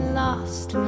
lost